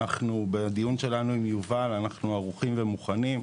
בדיון שלנו עם יובל אנחנו ערוכים ומוכנים,